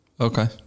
Okay